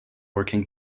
working